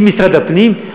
עם משרד הפנים,